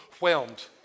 whelmed